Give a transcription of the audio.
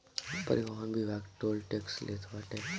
परिवहन विभाग toll tax लेत बाटे